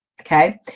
okay